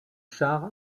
char